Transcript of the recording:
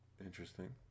Interesting